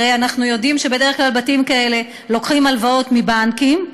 הרי אנחנו יודעים שבדרך כלל בתים כאלה לוקחים הלוואות מבנקים,